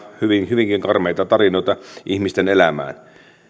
hyvinkin karmeita tarinoita ihmisten